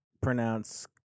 pronounce